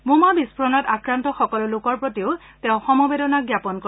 বোমা বিস্ফোৰণত আক্ৰান্ত সকলো লোকৰ প্ৰতি তেওঁ সমবেদনা জ্ঞাপন কৰে